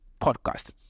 podcast